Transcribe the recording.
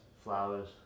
Flowers